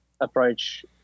approach